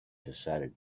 decided